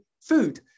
food